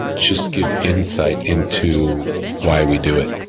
just give insight into why we do it,